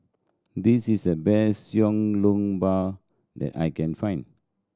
this is the best Xiao Long Bao that I can find